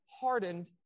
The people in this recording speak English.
hardened